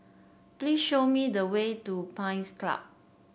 please show me the way to Pines Club